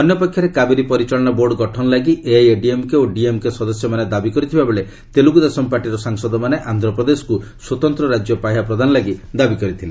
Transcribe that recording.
ଅନ୍ୟପକ୍ଷରେ କାବେରୀ ପରିଚାଳନା ବୋର୍ଡ଼ ଗଠନ ଲାଗି ଏଆଇଏଡିଏମ୍କେ ଓ ଡିଏମ୍କେ ସଦସ୍ୟମାନେ ଦାବି କରିଥିବାବେଳେ ତେଲଗୁଦେଶମ୍ ପାର୍ଟିର ସାଂସଦମାନେ ଆନ୍ଧ୍ରପ୍ରଦେଶକୁ ସ୍ୱତନ୍ତ ରାଜ୍ୟ ପାହ୍ୟା ପ୍ରଦାନ ଲାଗି ଦାବି କରିଥିଲେ